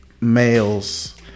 males